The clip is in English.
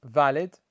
valid